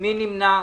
מי נמנע?